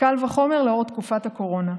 קל וחומר בתקופת הקורונה.